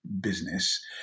business